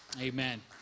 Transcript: Amen